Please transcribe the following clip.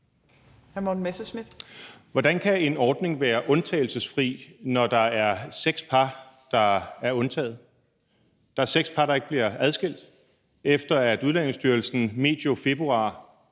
Hvordan kan en ordning være undtagelsesfri, når der er seks par, der er undtaget? Der er seks par, der ikke bliver adskilt, efter at Udlændingestyrelsen medio februar